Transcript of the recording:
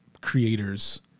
creators